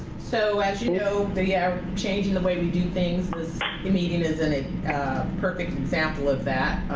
so as you know, the yeah change in the way we do things this meeting is and a perfect example of that,